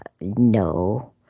No